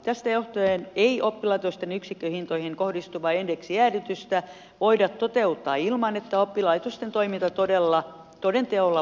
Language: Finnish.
tästä johtuen ei oppilaitosten yksikköhintoihin kohdistuvaa indeksijäädytystä voida toteuttaa ilman että oppilaitosten toiminta toden teolla vaarantuu